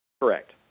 Correct